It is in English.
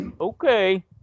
Okay